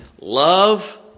Love